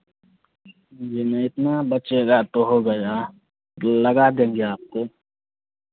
जी नहीं इतना बचेगा तो हो गया लगा देंगे आपको